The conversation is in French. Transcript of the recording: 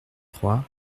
trois